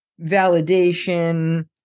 validation